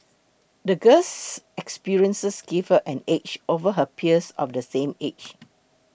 the girl's experiences gave her an edge over her peers of the same age